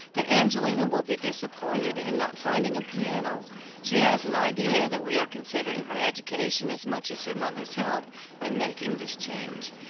that angelina will be disappointed in not finding a piano she has an idea that we are considering her education as much as her mother's health in making this change,